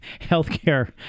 Healthcare